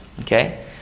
okay